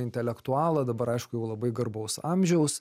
intelektualą dabar aišku jau labai garbaus amžiaus